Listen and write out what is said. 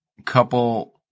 Couple